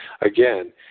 Again